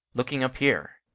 looking up here?